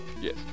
Yes